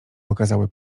okazały